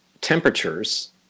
temperatures